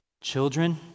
Children